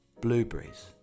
blueberries